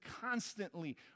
constantly